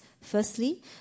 Firstly